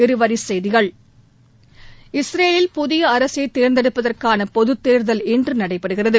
இருவரிச்செய்திகள் இஸ்ரேலில் புதியஅரசைதர்ந்தெடுப்பதற்கானபொதுத் தேர்தல் இன்றுநடைபெறுகிறது